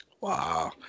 wow